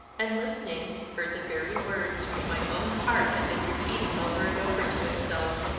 and listening, heard the very words which my own heart had been repeating over and over to itself,